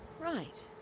Right